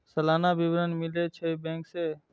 सलाना विवरण मिलै छै बैंक से?